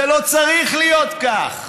זה לא צריך להיות כך.